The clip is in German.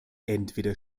entweder